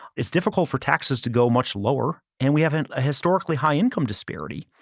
it's difficult for taxes to go much lower, and we haven't a historically high income disparity.